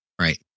right